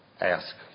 ask